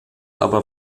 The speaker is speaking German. aber